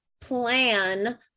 plan